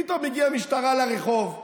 פתאום הגיעה משטרה לרחוב,